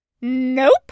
Nope